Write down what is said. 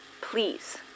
Please